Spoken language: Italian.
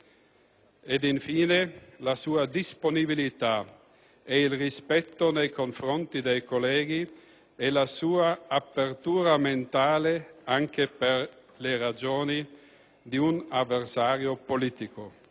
infine, la sua disponibilità, il rispetto nei confronti dei colleghi e la sua apertura mentale anche per le ragioni di un avversario politico.